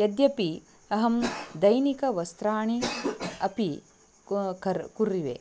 यद्यपि अहं दैनिकवस्त्राणि अपि क्वा कर् कुर्वे